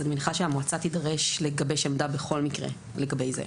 אז אני מניחה שהמועצה תידרש לגבש עמדה בכל מקרה לגבי זה.